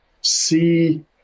see